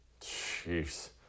Jeez